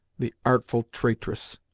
the artful traitress!